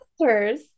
Sisters